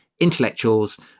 intellectuals